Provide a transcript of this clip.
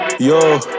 Yo